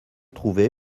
trouvé